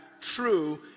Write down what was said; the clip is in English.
true